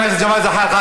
חבר הכנסת ג'מאל זחאלקה.